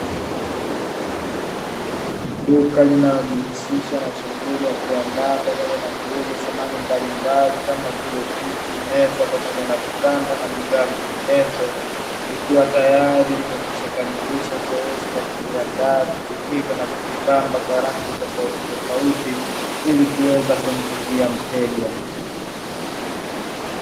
Duka linalojihusisha na shughuli ya kuandaa pamoja, na kuuza samahani mbalimbali kama vile viti meza pamoja na vitanda na bidhaa nyinginezo nikiwa tayari, limekwisha kamilisha zoezi la kujiandaa vitu hivyo na kuvipamba kwa rangi tofauti tofauti ili kuweza kumvutia mteja.